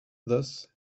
thus